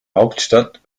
hauptstadt